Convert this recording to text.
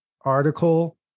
article